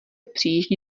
přijíždí